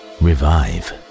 revive